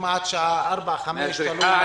מהזריחה,